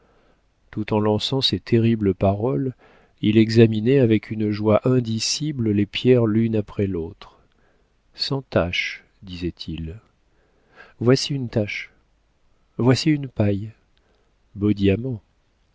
tout en lançant ces terribles paroles il examinait avec une joie indicible les pierres l'une après l'autre sans tache disait-il voici une tache voici une paille beau diamant